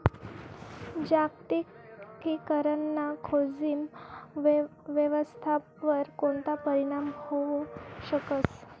जागतिकीकरण ना जोखीम व्यवस्थावर कोणता परीणाम व्हवू शकस